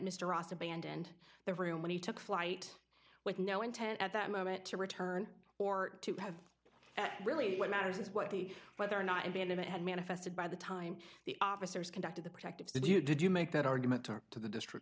abandoned the room when he took flight with no intent at that moment to return or to have really what matters is what the whether or not in the end it had manifested by the time the officers conducted the protective did you did you make that argument to the district